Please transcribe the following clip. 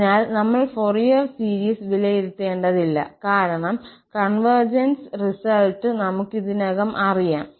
അതിനാൽ നമ്മൾ Fourier series വിലയിരുത്തേണ്ടതില്ല കാരണം കോൺവെർജൻസ് റിസൾട്ട് നമുക്ക് ഇതിനകം അറിയാം